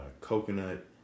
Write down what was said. coconut